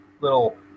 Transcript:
little